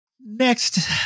Next